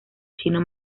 chino